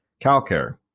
CalCare